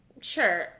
Sure